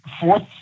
fourth